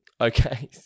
okay